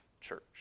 Church